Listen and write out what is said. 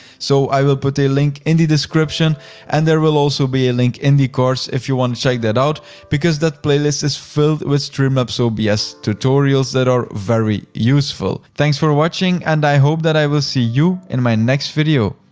so i will put a link in the description and there will also be a link in the course if you wanna check that out because that playlist is filled with streamlabs so obs tutorials that are very useful. thanks for watching and i hope that i will see you in my next video.